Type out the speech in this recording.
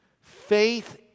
Faith